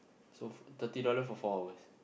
so f~ thirty dollar for four hours